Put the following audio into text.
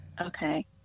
Okay